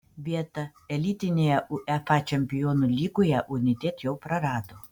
vietą elitinėje uefa čempionų lygoje united jau prarado